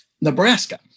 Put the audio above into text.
nebraska